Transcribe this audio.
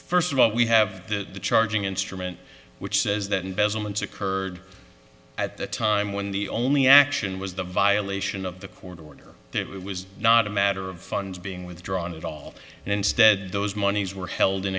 first of all we have the charging instrument which says that investments occurred at the time when the only action was the violation of the court order it was not a matter of funds being withdrawn at all and instead those monies were held in